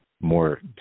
more